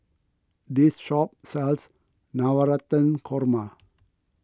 this shop sells Navratan Korma